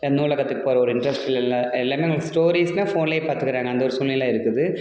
நூலகத்துக்கு போகிற ஒரு இன்ட்ரஸ்டில் இல்லை எல்லாமே உங்களுக்கு ஸ்டோரீஸ்னா ஃபோன்லையே பார்த்துக்குறாங்க அந்த ஒரு சூழ்நிலை இருக்குது